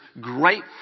great